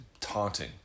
taunting